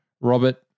Robert